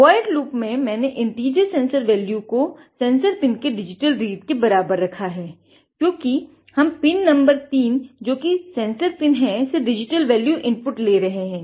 void loop ले रहे हैं